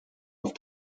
auf